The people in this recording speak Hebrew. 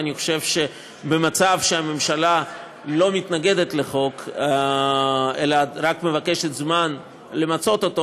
אני חושב שבמצב שהממשלה לא מתנגדת לחוק אלא רק מבקשת זמן למצות אותו,